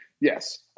yes